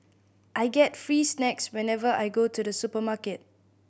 I get free snacks whenever I go to the supermarket